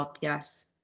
Yes